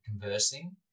conversing